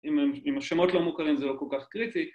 אם השמות לא מוכרים זה לא כל כך קריטי